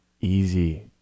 easy